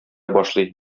башлый